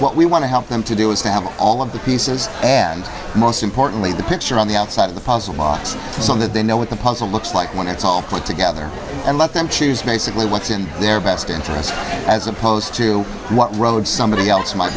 what we want to help them to do is to have all of the pieces and most importantly the picture on the outside of the puzzle box to some that they know what the puzzle looks like when it's all put together and let them choose basically what's in their best interest as opposed to what road somebody else might